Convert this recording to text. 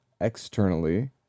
externally